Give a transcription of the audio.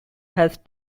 has